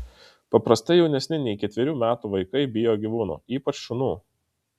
paprastai jaunesni nei ketverių metų vaikai bijo gyvūnų ypač šunų